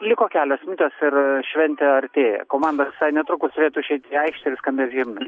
liko kelios minutės ir šventė artėja komandos visai netrukus turėtų išeit į aikštę ir skambės himnai